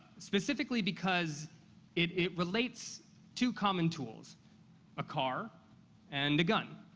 specifically because it it relates two common tools a car and a gun.